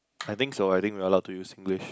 I think so I think we are allowed to use Singlish